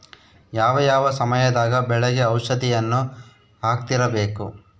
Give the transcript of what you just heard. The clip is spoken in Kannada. ಯಾವ ಯಾವ ಸಮಯದಾಗ ಬೆಳೆಗೆ ಔಷಧಿಯನ್ನು ಹಾಕ್ತಿರಬೇಕು?